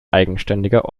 eigenständiger